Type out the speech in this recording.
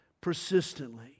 persistently